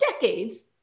decades